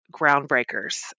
Groundbreakers